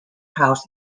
house